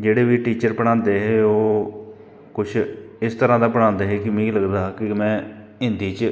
जेह्ड़े बी टीचर पढ़ांदे हे ओह् कुछ इस तरह् दा पढ़ांदे हे कि मिगा लगदा हा कि में हिन्दी च